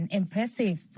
impressive